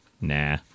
Nah